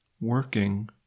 working